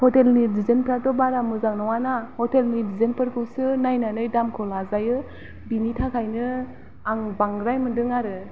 हटेलनि डिजाइनफ्राथ' बारा मोजां नङाना हटेलनि डिजाइनफोरखौसो नायनानै दामखौ लाजायो बिनि थाखायनो आं बांद्राय मोनदों आरो